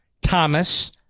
Thomas